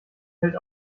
hält